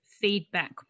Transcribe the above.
feedback